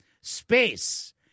space